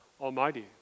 Almighty